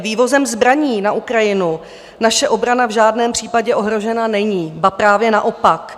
Vývozem zbraní na Ukrajinu naše obrana v žádném případě ohrožena není, ba právě naopak.